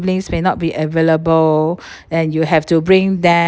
siblings may not be available and you have to bring them